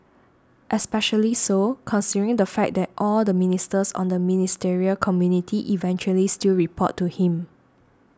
especially so considering the fact that all the ministers on the ministerial committee eventually still report to him